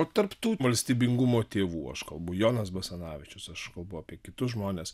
o tarp tų valstybingumo tėvų aš kalbu jonas basanavičius aš kalbu apie kitus žmones